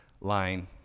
line